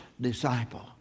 disciple